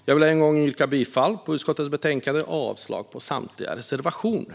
Jag vill än en gång yrka bifall till utskottets förslag och avslag på samtliga reservationer.